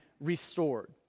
restored